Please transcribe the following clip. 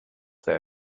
their